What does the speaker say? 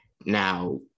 Now